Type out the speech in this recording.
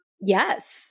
Yes